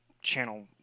channel